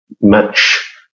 match